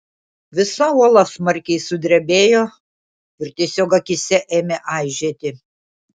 visa uola smarkiai sudrebėjo ir tiesiog akyse ėmė aižėti